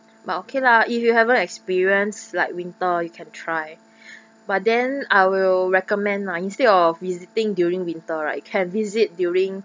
but okay lah if you haven't experienced like winter you can try but then I will recommend lah instead of visiting during winter right can visit during